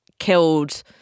Killed